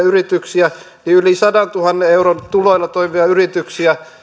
yrityksiä niin yli sadantuhannen euron tuloilla toimivia yrityksiä